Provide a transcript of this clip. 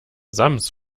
sams